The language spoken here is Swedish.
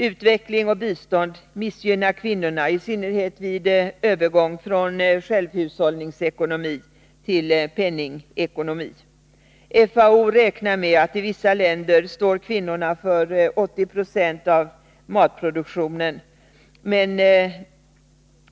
Utveckling och bistånd missgynnar kvinnorna, i synnerhet vid övergång från självhushållningsekonomi till penningekonomi. FAO räknar med att kvinnorna vissa länder står för 80 70 av matproduktionen, men